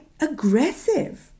aggressive